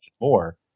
more